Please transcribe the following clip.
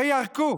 וירקו